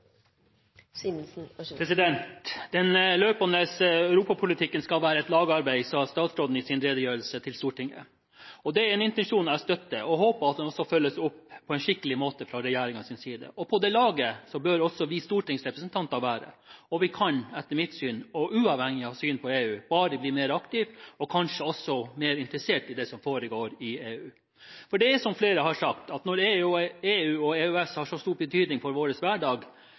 en intensjon jeg støtter. Jeg håper at den følges opp på en skikkelig måte fra regjeringens side. På dette laget bør også vi stortingsrepresentanter være. Vi kan, etter mitt syn – og uavhengig av synet på EU – bare bli mer aktive og kanskje også mer interessert i det som foregår i EU. Som flere har sagt, når EU og EØS har så stor betydning for vår hverdag,